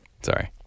Sorry